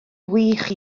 wych